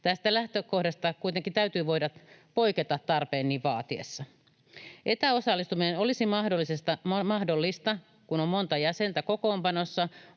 Tästä lähtökohdasta kuitenkin täytyy voida poiketa tarpeen niin vaatiessa. Etäosallistuminen olisi mahdollista, kun kokoonpanossa